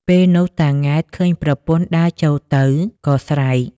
ពេលនោះតា ង៉ែត ឃើញប្រពន្ធដើរចូលទៅក៏ ស្រែក